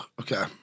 Okay